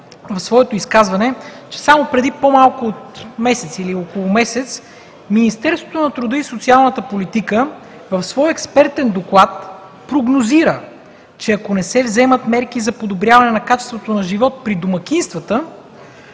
в своето изказване, че само преди по-малко от месец или около месец Министерството на труда и социалната политика в своя експертен доклад прогнозира, че ако не се вземат мерки за подобряване на качеството на живот при домакинствата